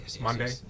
Monday